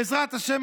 בעזרת השם,